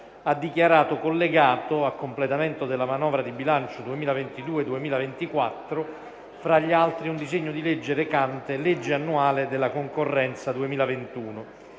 ha dichiarato collegato al completamento della manovra di bilancio 2022-2024, tra gli altri, un disegno di legge recante «Legge annuale della concorrenza 2021».